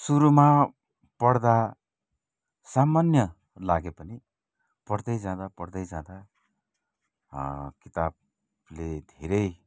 सुरूमा पढ्दा सामान्य लागे पनि पढ्दै जाँदा पढ्दै जाँदा किताबले धेरै